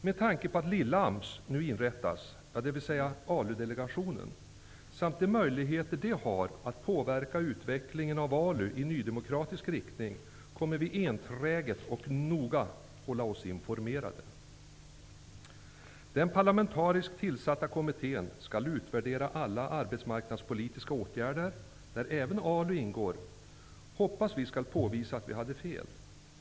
Med tanke på att ''lill-AMS'' nu inrättas, dvs. ALU delegationen, samt de möjligheter den har att påverka utvecklingen av ALU i nydemokratisk riktning, kommer vi enträget och noga att hålla oss informerade. Vi hoppas att den parlamentariskt tillsatta kommittén, som skall utvärdera alla arbetsmarknadspolitiska åtgärder -- där även ALU ingår -- skall påvisa att vi hade fel.